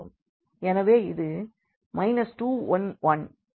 எனவே இது 2 1 1 இங்கே 2 1 1 ஆகும்